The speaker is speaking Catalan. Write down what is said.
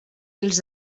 els